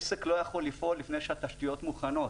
עסק לא יכול לפעול לפני שהתשתיות מוכנות